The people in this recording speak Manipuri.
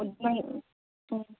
ꯑꯗꯨ ꯅꯪ ꯑꯣ